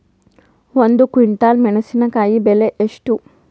ಒಂದು ಕ್ವಿಂಟಾಲ್ ಮೆಣಸಿನಕಾಯಿ ಬೆಲೆ ಎಷ್ಟು?